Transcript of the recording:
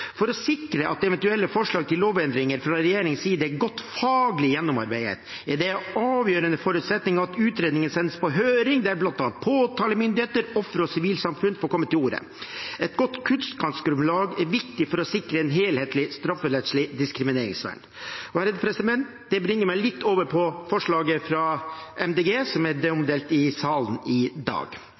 For å sikre at eventuelle forslag til lovendringer fra regjeringens side er godt faglig gjennomarbeidet, er det en avgjørende forutsetning at utredningen sendes på høring, der bl.a. påtalemyndighet, ofre og sivilsamfunn får komme til orde. Et godt kunnskapsgrunnlag er viktig for å sikre et helhetlig strafferettslig diskrimineringsvern. Det bringer meg over til forslaget fra Miljøpartiet De Grønne, som er omdelt i dag. Et tilsvarende forslag om å erstatte «homofili» med «seksuell orientering» ble vurdert i